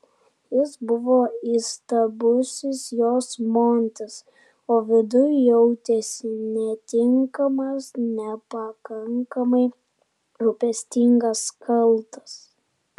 jis buvo įstabusis jos montis o viduj jautėsi netinkamas nepakankamai rūpestingas kaltas